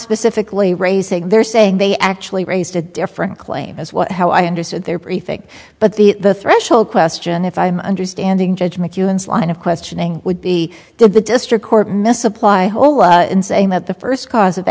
specifically raising they're saying they actually raised a different claim as what how i understood their briefing but the threshold question if i'm understanding judge mchugh ends line of questioning would be the district court misapply hold in saying that the first cause of